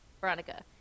veronica